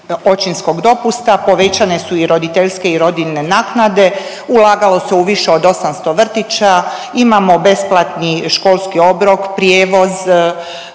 očinskog dopusta, povećane su i roditeljske i rodiljne naknade, ulagalo se u više od 800 vrtića, imamo besplatni školski obrok, prijevoz,